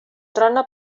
trona